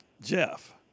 Jeff